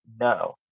no